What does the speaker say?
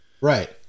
Right